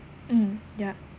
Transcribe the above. mm yeah